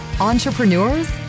entrepreneurs